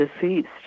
deceased